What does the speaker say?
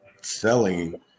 selling